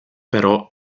però